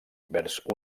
vers